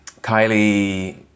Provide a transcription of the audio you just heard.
Kylie